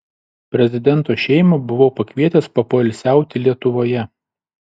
prezidento šeimą buvau pakvietęs papoilsiauti lietuvoje